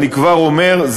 אני כבר אומר,